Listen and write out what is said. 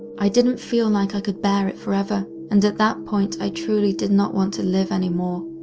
i didn't feel like i could bear it forever, and at that point i truly did not want to live anymore.